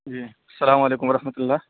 جی سلام علیکم ورحمۃ اللہ